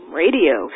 radio